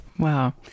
Wow